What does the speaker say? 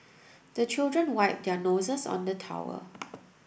the children wipe their noses on the towel